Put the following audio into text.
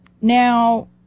Now